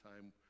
time